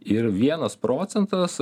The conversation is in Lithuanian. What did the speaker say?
ir vienas procentas